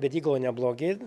betygaloj neblogi